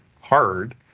hard